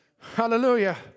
Hallelujah